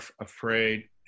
afraid